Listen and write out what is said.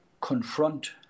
confront